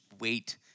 wait